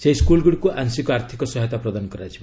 ସେହି ସ୍କୁଲ୍ଗୁଡ଼ିକୁ ଆଂଶିକ ଆର୍ଥିକ ସହାୟତା ପ୍ରଦାନ କରାଯିବ